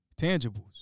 tangibles